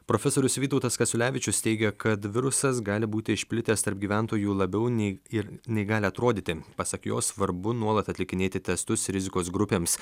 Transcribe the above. profesorius vytautas kasiulevičius teigia kad virusas gali būti išplitęs tarp gyventojų labiau nei ir nei gali atrodyti pasak jo svarbu nuolat atlikinėti testus rizikos grupėms